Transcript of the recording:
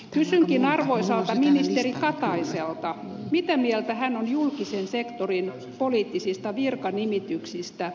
kysynkin arvoisalta ministeri kataiselta mitä mieltä hän on julkisen sektorin poliittisista virkanimityksistä